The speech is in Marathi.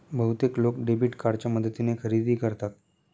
बहुतेक लोक डेबिट कार्डच्या मदतीने खरेदी करतात